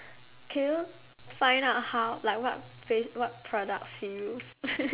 can you find out how like what fac~ what products she use